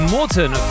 Morton